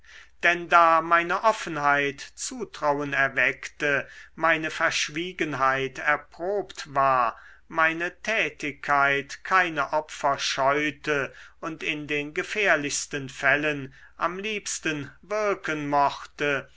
denn da meine offenheit zutrauen erweckte meine verschwiegenheit erprobt war meine tätigkeit keine opfer scheute und in den gefährlichsten fällen am liebsten wirken mochte